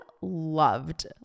loved